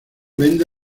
vende